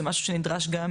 זה משהו שנדרש גם